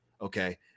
Okay